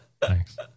Thanks